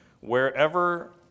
wherever